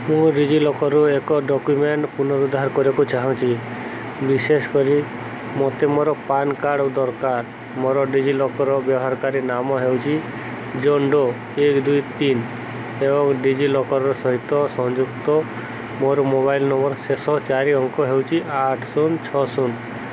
ମୁଁ ଡିଜିଲକର୍ରୁ ଏକ ଡକ୍ୟୁମେଣ୍ଟ୍ ପୁନରୁଦ୍ଧାର କରିବାକୁ ଚାହୁଁଛି ବିଶେଷ କରି ମୋତେ ମୋର ପାନ୍ କାର୍ଡ଼ ଦରକାର ମୋର ଡିଜିଲକର୍ ବ୍ୟବହାରକାରୀ ନାମ ହେଉଛି ଜନ୍ ଡୋ ଏକ ଦୁଇ ତିନ ଏବଂ ଡିଜିଲକର୍ ସହିତ ସଂଯୁକ୍ତ ମୋର ମୋବାଇଲ୍ ନମ୍ବର୍ ଶେଷ ଚାରି ଅଙ୍କ ହେଉଛି ଆଠ ଶୂନ ଛଅ ଶୂନ